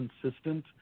consistent